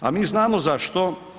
A mi znamo zašto.